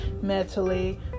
mentally